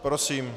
Prosím.